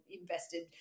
invested